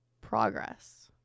progress